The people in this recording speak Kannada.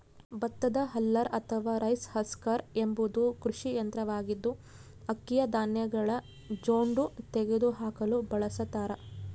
ಭತ್ತದ ಹಲ್ಲರ್ ಅಥವಾ ರೈಸ್ ಹಸ್ಕರ್ ಎಂಬುದು ಕೃಷಿ ಯಂತ್ರವಾಗಿದ್ದು, ಅಕ್ಕಿಯ ಧಾನ್ಯಗಳ ಜೊಂಡು ತೆಗೆದುಹಾಕಲು ಬಳಸತಾರ